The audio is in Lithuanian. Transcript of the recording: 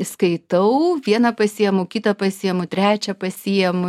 skaitau vieną pasiimu kitą pasiimu trečią pasiimu